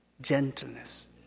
gentleness